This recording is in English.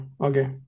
Okay